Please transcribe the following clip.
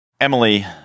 Emily